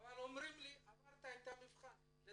אבל אמרו לי שלמרות שעברתי את המבחן לא